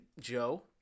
Joe